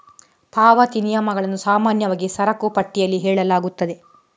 ಪಾವತಿ ನಿಯಮಗಳನ್ನು ಸಾಮಾನ್ಯವಾಗಿ ಸರಕು ಪಟ್ಟಿಯಲ್ಲಿ ಹೇಳಲಾಗುತ್ತದೆ